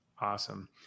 Awesome